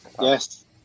yes